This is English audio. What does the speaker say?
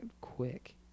quick